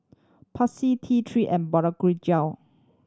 Pansy T Three and